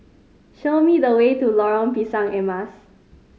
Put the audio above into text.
show me the way to Lorong Pisang Emas